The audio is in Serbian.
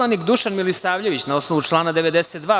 poslanik Dušan Milisavljević, na osnovu člana 92.